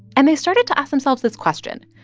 and they started to ask themselves this question.